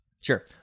Sure